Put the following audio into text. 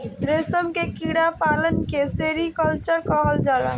रेशम के कीड़ा पालन के सेरीकल्चर कहल जाला